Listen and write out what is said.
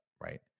right